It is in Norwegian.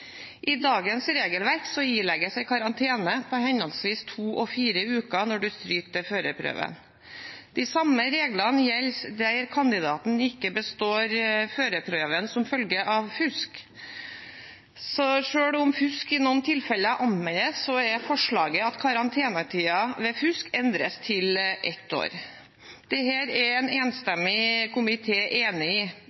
I dagens regelverk ilegges en karantene på henholdsvis to og fire uker når man stryker til førerprøven. De samme reglene gjelder der kandidaten ikke består førerprøven som følge av fusk. Selv om fusk i noen tilfeller anmeldes, er forslaget at karantenetiden ved fusk endres til ett år. Dette er en